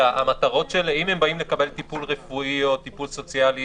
כי אם הם באים לקבל טיפול רפואי או טיפול סוציאלי,